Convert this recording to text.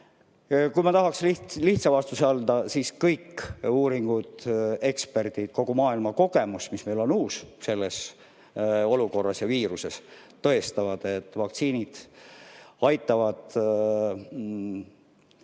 Kui ma tahaksin lihtsa vastuse anda, siis kõik uuringud, eksperdid, kogu maailma kogemus, mis meile on uus selles olukorras ja viiruses, tõestavad, et vaktsiinid aitavad vähemalt